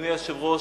אדוני היושב-ראש,